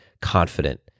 confident